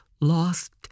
lost